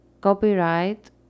copyright